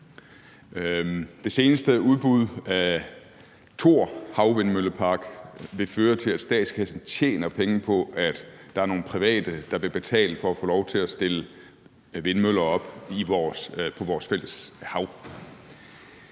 Det seneste udbud af Thor Havvindmøllepark vil føre til, at statskassen tjener penge på, at der er nogle private, der vil betale for at få lov til at stille vindmøller op på vores fælles hav,